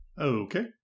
Okay